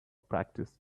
practice